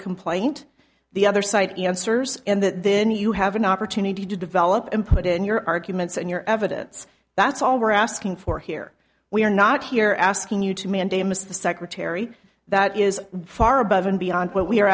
complaint the other side answers and that then you have an opportunity to develop and put in your arguments and your evidence that's all we're asking for here we are not here asking you to mandamus the secretary that is far above and beyond what we